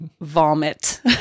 vomit